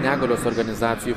negalios organizacijų